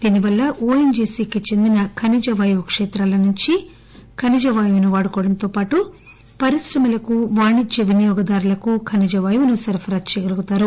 దీని వల్ల O N G C కి చెందిన ఖనిజవాయువు క్షేత్రాలనుంచి ఖనిజవాయువు వాడుకోవడంతోపాటు పరిశ్రమలకు వాణిజ్య వినియోగదారులకు ఖనిజ వాయువును సరఫరా చేయగలుగుతారు